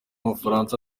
bufaransa